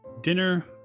Dinner